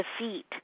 defeat